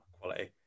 Quality